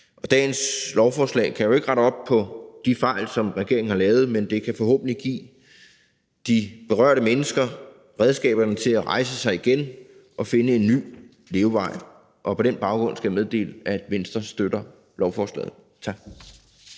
Dagens lovforslag kan jo ikke rette op på de fejl, som regeringen har lavet, men det kan forhåbentlig give de berørte mennesker redskaberne til at rejse sig igen og finde en ny levevej, og på den baggrund skal jeg meddele, at Venstre støtter lovforslaget. Tak.